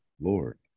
Lord